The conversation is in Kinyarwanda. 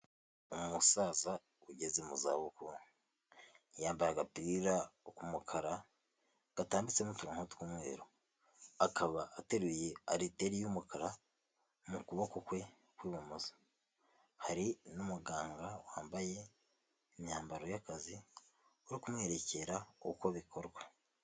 Umusaza ugeze mu zabukuru. Yambaye agapira k'umukara, gatambitsemo uturongo tw'umweru. Akaba ateruye ariteri y'umukara mu kuboko kwe kw'ibumoso. Hari n'umuganga wambaye imyambaro y'akazi, uri kumwerekera uko bikorwa.